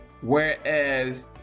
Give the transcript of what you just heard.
whereas